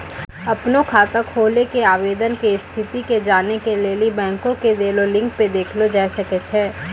अपनो खाता खोलै के आवेदन के स्थिति के जानै के लेली बैंको के देलो लिंक पे देखलो जाय सकै छै